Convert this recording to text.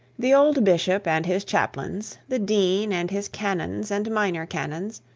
the old bishop and his chaplain, the dean and his canons and minor canons,